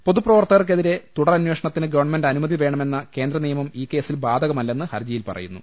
പൊതു പ്രവർത്തകർക്ക് എതിരെ തുടർ അന്വേഷണത്തിന് ഗവൺമെന്റ് അനുമതി വേണമെന്ന കേന്ദ്ര നിയമം ഈ കേസിൽ ബാധകമല്ലെന്ന് ഹർജിയിൽ പറയുന്നു